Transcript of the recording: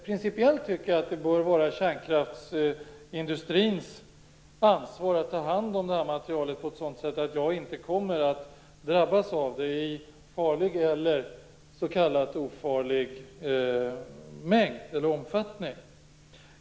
Principiellt tycker jag att det bör vara kärnkraftsindustrins ansvar att ta hand om materialet på ett sådant sätt att jag inte kommer att drabbas av det i farlig eller s.k. ofarlig omfattning.